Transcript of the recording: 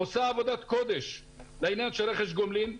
היא עושה עבודת קודש לעניין רכש הגומלין.